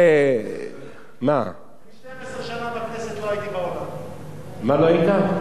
אני 12 שנה בכנסת, לא הייתי בעולם, מה לא היית?